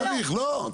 לא צריך, לא.